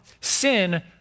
Sin